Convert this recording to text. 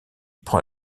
prend